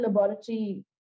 laboratory